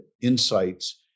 insights